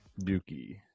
Dookie